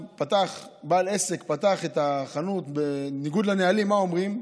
שבעל עסק פתח את החנות בניגוד לנהלים, מה אומרים?